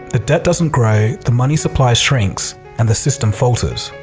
the debt doesn't grow, the money supply shrinks and the system falters.